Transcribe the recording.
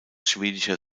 schwedischer